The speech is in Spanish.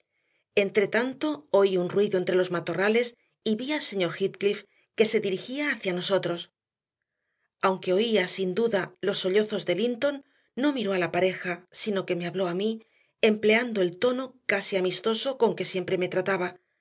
nadie entretanto oí un ruido entre los matorrales y vi al señor heathcliff que se dirigía hacia nosotros aunque oía sin duda los sollozos de linton no miró a la pareja sino que me habló a mí empleando el tono casi amistoso con que siempre me trataba